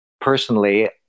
personally